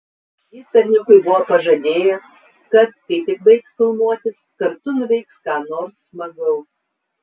jis berniukui buvo pažadėjęs kad kai tik baigs filmuotis kartu nuveiks ką nors smagaus